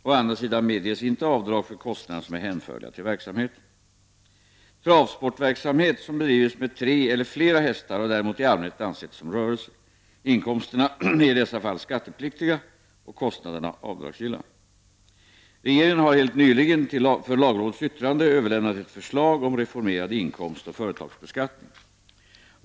Å andra sidan medges inte avdrag för kostnader som är hänförliga till verksamheten. Travsportverksamhet som bedrivits med tre eller flera hästar har däremot i allmänhet ansetts som rörelse. Inkomsterna är i dessa fall skattepliktiga och kostnaderna avdragsgilla. Regeringen har helt nyligen för lagrådets yttrande överlämnat ett förslag om reformerad inkomstoch företagsbeskattning.